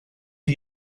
are